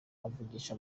avugisha